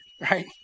Right